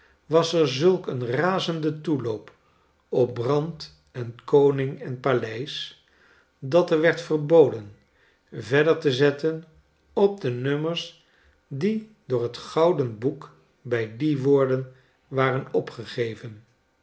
was er zulk een razenden toeloop op brand en koning en paleis dat er werd verboden verder te zetten op de nummers die door het gouden boek bij die woorden waren opgegeven